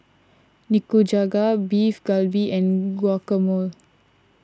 Nikujaga Beef Galbi and Guacamole